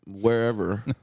wherever